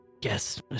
yes